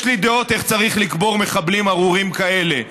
יש לי דעות איך צריך לקבור מחבלים ארורים כאלה.